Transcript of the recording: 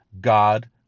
God